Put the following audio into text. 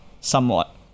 somewhat